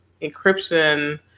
encryption